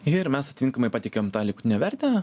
ir mes atinkamai pateikiam tą likutinę vertę